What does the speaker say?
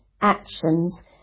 actions